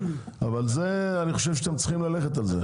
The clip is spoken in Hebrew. אבל אני חושב שאתם צריכים ללכת על זה.